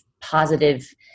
positive